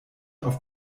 auf